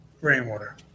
rainwater